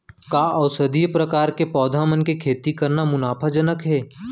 का औषधीय प्रकार के पौधा मन के खेती करना मुनाफाजनक हे?